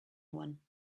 one